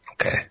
Okay